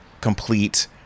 complete